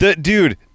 Dude